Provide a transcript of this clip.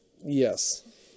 yes